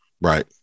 Right